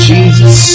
Jesus